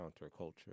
counterculture